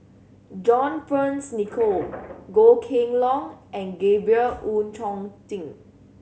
John Fearns Nicoll Goh Kheng Long and Gabriel Oon Chong Jin